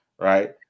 right